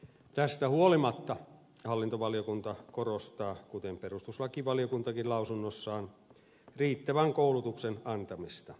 tästä huolimatta hallintovaliokunta korostaa kuten perustuslakivaliokuntakin lausunnossaan riittävän koulutuksen antamista